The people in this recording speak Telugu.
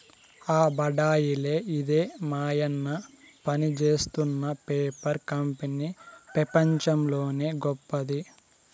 ఆ బడాయిలే ఇదే మాయన్న పనిజేత్తున్న పేపర్ కంపెనీ పెపంచంలోనే గొప్పది